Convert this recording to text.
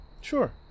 sure